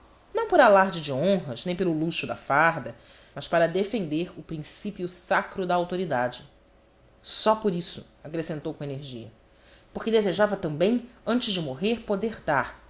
não por alarde de honras nem pelo luxo da farda mas para defender o princípio sacro da autoridade só por isto acrescentou com energia porque desejava também antes de morrer poder dar